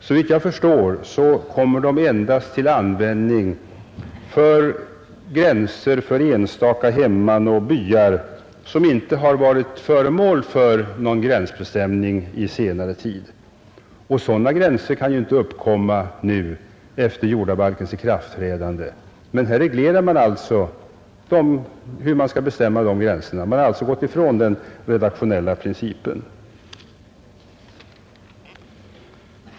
Såvitt jag förstår kommer de endast till användning för gränser för enstaka hemman och byar som inte i senare tid har varit föremål för någon gränsbestämning. Sådana gränser kan inte uppkomma efter jordabalkens ikraftträdande, men här reglerar man alltså hur de skall bestämmas. Man har gått ifrån den redaktionella principen.